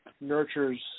nurtures